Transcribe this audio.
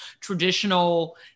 traditional